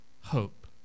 hope